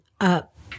up